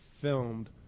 filmed